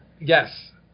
yes